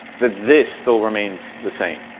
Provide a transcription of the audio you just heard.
that this still remains the same,